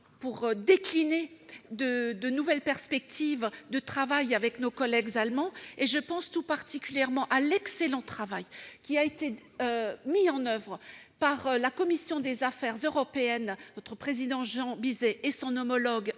pour décliner de nouvelles perspectives de travail avec nos collègues allemands. Je pense tout particulièrement à l'excellent travail mené par la commission des affaires européennes, son président, Jean Bizet, et son homologue